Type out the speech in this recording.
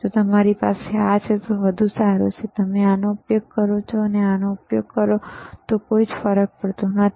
જો તમારી પાસે આ છે તો વધુ સારું તમે આનો ઉપયોગ કરો છો કે આનો ઉપયોગ કરો છો તેનાથી કોઈ ફરક પડતો નથી